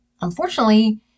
unfortunately